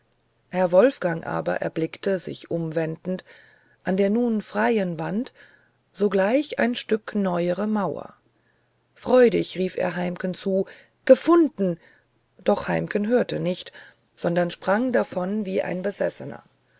herr wolfgang aber erblickte sich umwendend an der nun freien wand sogleich ein stück neuere mauer freudig rief er heimken zu gefunden doch heimken hörte nicht sondern sprang davon wie ein besessener